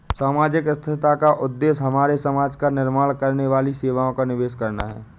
सामाजिक स्थिरता का उद्देश्य हमारे समाज का निर्माण करने वाली सेवाओं का निवेश करना है